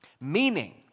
Meaning